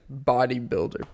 bodybuilder